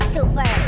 Super